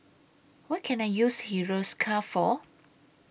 What Can I use Hiruscar For